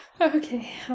okay